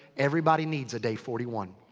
everybody needs a day forty one.